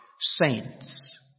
saints